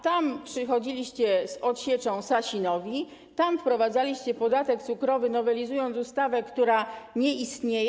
Tam przychodziliście z odsieczą Sasinowi, tam wprowadzaliście podatek cukrowy, nowelizując ustawę, która nie istnieje.